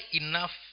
enough